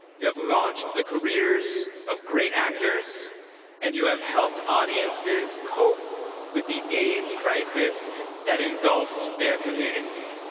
you have launched the careers of great actors and you have helped audiences cope with the aids crisis that engulfed their community.